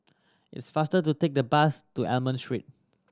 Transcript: it is faster to take the bus to Almond Street